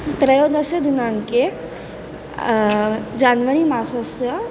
त्रयोदशदिनाङ्के January मासस्य